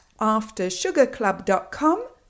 AfterSugarClub.com